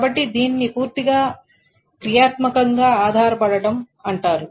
కాబట్టి దీనిని పూర్తిగా క్రియాత్మకంగా ఆధారపడటం అంటారు